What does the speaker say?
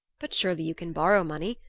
but surely you can borrow money?